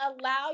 allow